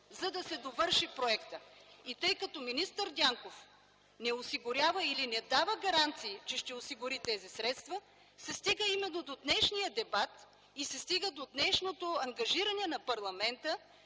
за да се завърши проекта. Тъй като министър Дянков не осигурява или не дава гаранции, че ще осигури тези средства, се стига именно до днешния дебат и до днешното ангажиране на парламента,